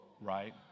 right